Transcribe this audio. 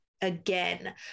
again